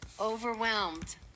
overwhelmed